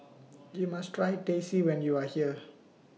YOU must Try Teh C when YOU Are here